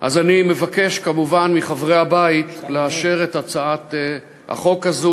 אז אני מבקש כמובן מחברי הבית לאשר את הצעת החוק הזו,